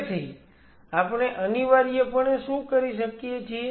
તેથી આપણે અનિવાર્યપણે શું કરીએ છીએ